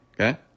Okay